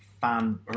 fan